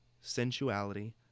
sensuality